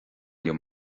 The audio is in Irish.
liom